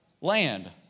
land